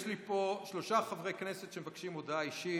יש לי פה שלושה חברי כנסת שמבקשים הודעה אישית.